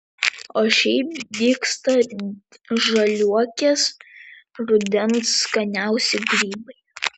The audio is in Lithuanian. o šiaip dygsta žaliuokės rudens skaniausi grybai